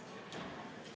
Kõik